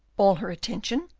all her attention,